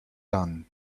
tan